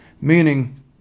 Meaning